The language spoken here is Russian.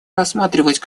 рассматривать